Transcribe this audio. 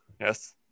Yes